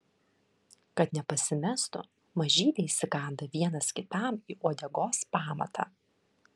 kad nepasimestų mažyliai įsikanda vienas kitam į uodegos pamatą